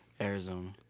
Arizona